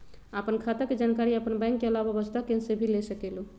आपन खाता के जानकारी आपन बैंक के आलावा वसुधा केन्द्र से भी ले सकेलु?